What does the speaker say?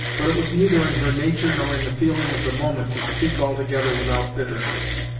but it was neither in her nature, nor in the feeling of the moment to speak altogether without bitterness.